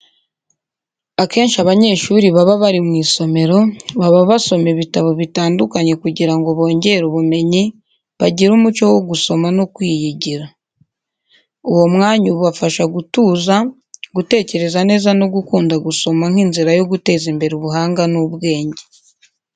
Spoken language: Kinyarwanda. Akenshi abanyeshuri baba bari mu isomero baba basoma ibitabo bitandukanye kugira ngo bongere ubumenyi, bagire umuco wo gusoma no kwiyigira. Uwo mwanya ubafasha gutuza, gutekereza neza no gukunda gusoma nk’inzira yo guteza imbere ubuhanga n’ubwenge.